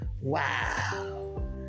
Wow